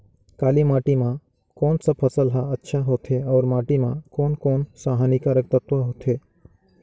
काली माटी मां कोन सा फसल ह अच्छा होथे अउर माटी म कोन कोन स हानिकारक तत्व होथे?